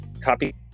copy